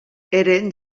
eren